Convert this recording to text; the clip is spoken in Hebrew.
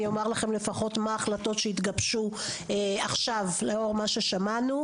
אני אומר לכם לפחות מהן ההחלטות שהתגבשו עכשיו לאור מה ששמענו.